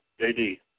JD